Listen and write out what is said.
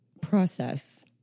process